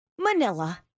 Manila